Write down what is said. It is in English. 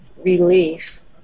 relief